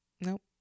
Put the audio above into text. Nope